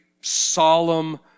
solemn